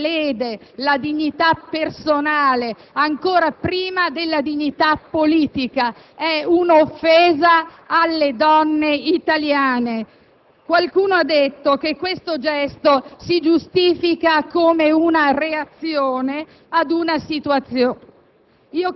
che lede la dignità personale, ancora prima della dignità politica: è un'offesa alle donne italiane. Qualcuno ha detto che questo gesto si giustifica come una reazione ad una situazione: